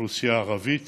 אוכלוסייה ערבית